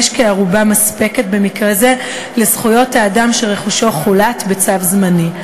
ערובה מספקת במקרה זה לזכויות האדם שרכושו חולט בצו זמני.